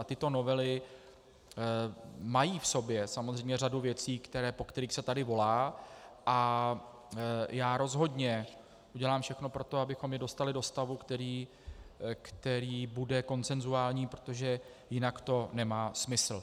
Tyto novely mají v sobě samozřejmě řadu věcí, po kterých se tady volá, a já rozhodně udělám všechno pro to, abychom je dostali do stavu, který bude konsenzuální, protože jinak to nemá smysl.